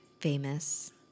famous